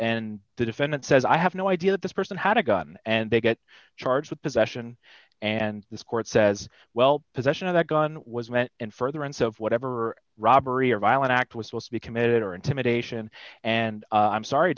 and the defendant says i have no idea that this person had a gun and they get charged with possession and this court says well possession of that gun was meant and further rounds of whatever robbery or violent act was supposed to be committed or intimidation and i'm sorry